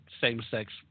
same-sex